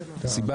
סיבות,